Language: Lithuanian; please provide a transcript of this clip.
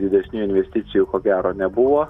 didesnių investicijų ko gero nebuvo